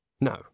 no